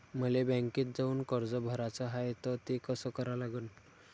मले बँकेत जाऊन कर्ज भराच हाय त ते कस करा लागन?